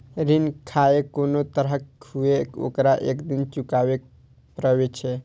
ऋण खाहे कोनो तरहक हुअय, ओकरा एक दिन चुकाबैये पड़ै छै